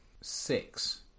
six